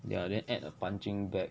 ya then add a punching bag